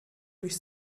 durch